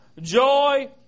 joy